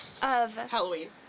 Halloween